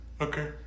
Okay